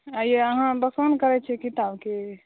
आइये अहाँ हमरा फोन करै छी तब कि